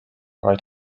vaid